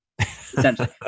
Essentially